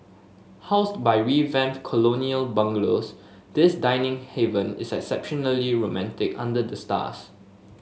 housed by revamped colonial bungalows this dining haven is exceptionally romantic under the stars